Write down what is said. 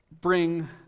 bring